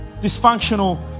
dysfunctional